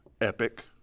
epic